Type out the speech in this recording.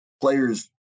players